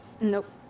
Nope